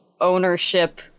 ownership